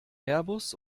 airbus